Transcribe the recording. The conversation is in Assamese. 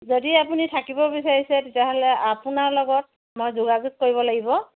যদি আপুনি থাকিব বিচাৰিছে তেতিয়াহ'লে আপোনাৰ লগত মই যোগাযোগ কৰিব লাগিব